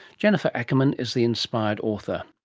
jennifer ackerman is the inspired author